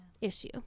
issue